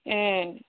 ம்